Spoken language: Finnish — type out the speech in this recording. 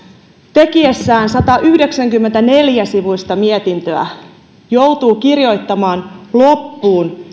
tehdessään satayhdeksänkymmentäneljä sivuista mietintöä joutuu kirjoittamaan loppuun